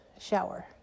shower